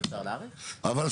אבל,